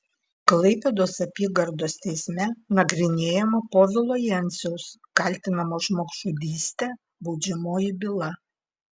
klaipėdos apygardos teisme nagrinėjama povilo jenciaus kaltinamo žmogžudyste baudžiamoji byla